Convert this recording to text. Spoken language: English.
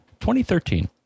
2013